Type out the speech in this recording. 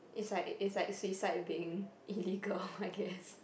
is like is like seaside being illegal I guess